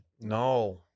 No